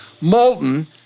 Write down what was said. Molten